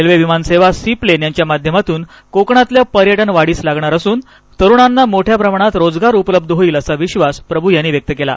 railway विमानसेवा seaplane यांच्या माध्यमातून कोकणातल पर्यटन वाढीस लागणार असून तरुणांना मोठ्या प्रमाणात रोजगार उपलब्ध होईल असा विश्वास प्रभू यांनी व्यक्त केला